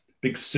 big